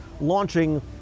launching